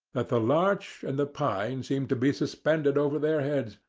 that the larch and the pine seemed to be suspended over their heads,